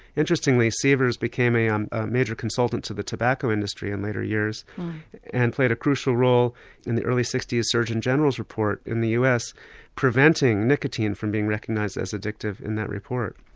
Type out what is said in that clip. interestingly seevers became a um major consultant to the tobacco industry in later years and played a crucial role in the early sixty s surgeon general's report in the us preventing nicotine from being recognised as addictive in that report.